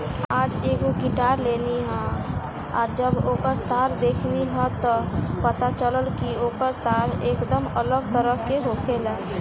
आज एगो गिटार लेनी ह आ जब ओकर तार देखनी त पता चलल कि ओकर तार एकदम अलग तरह के होखेला